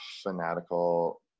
fanatical